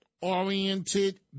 oriented